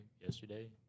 yesterday